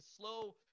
slow –